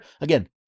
again